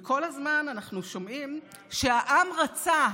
וכל הזמן אנחנו שומעים שהעם רצה,